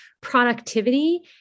productivity